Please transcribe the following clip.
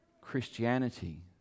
Christianity